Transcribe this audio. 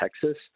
Texas